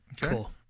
Cool